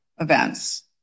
events